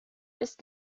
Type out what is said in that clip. ist